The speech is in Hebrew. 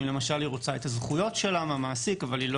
אם למשל היא רוצה את הזכויות שלה מהמעסיק אבל היא לא